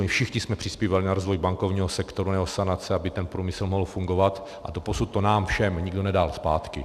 My všichni jsme přispívali na rozvoj bankovního sektoru nebo asanace, aby ten průmysl mohl fungovat, a doposud to nám všem nikdo nedal zpátky.